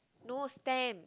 no stamps